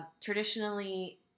Traditionally